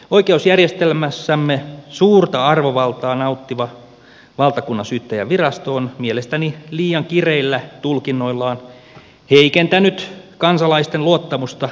oikeusjärjestelmässämme suurta arvovaltaa nauttiva valtakunnansyyttäjänvirasto on mielestäni liian kireillä tulkinnoillaan heikentänyt kansalaisten luottamusta oikeuslaitokseen